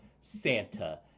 Santa